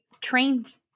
trained